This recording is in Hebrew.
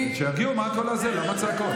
שירגיעו, למה הצעקות?